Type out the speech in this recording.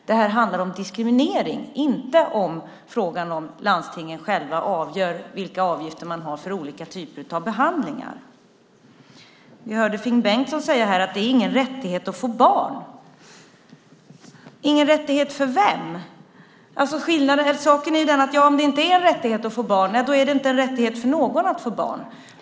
Det här handlar om diskriminering, inte om frågan om landstingen själva avgör vilka avgifter man har för olika typer av behandling. Vi hörde Finn Bengtsson säga att det inte är någon rättighet att få barn. Ingen rättighet för vem? Saken är den att om det inte är en rättighet att få barn är det inte en rättighet för någon att få barn.